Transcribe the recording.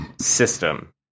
system